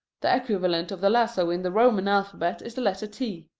the equivalent of the lasso in the roman alphabet is the letter t.